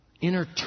inner